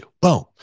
Boom